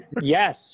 Yes